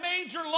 major